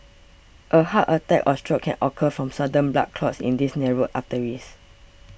a heart attack or stroke can occur from sudden blood clots in these narrowed arteries